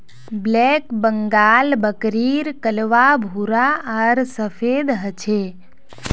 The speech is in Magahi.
ब्लैक बंगाल बकरीर कलवा भूरा आर सफेद ह छे